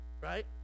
right